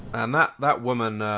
that that woman.